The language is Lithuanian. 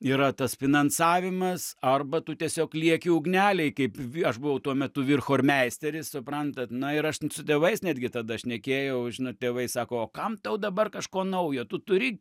yra tas finansavimas arba tu tiesiog lieki ugnelėj kaip aš buvau tuo vyrchormeisteris suprantat na ir aš su tėvais netgi tada šnekėjau žinot tėvai sako kam tau dabar kažko naujo tu turi